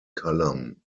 column